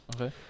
Okay